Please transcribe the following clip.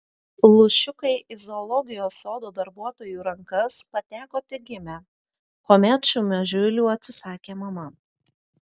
lūšiukai į zoologijos sodo darbuotojų rankas pateko tik gimę kuomet šių mažylių atsisakė mama